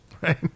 Right